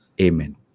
Amen